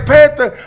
Panther